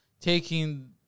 taking